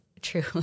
true